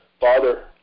Father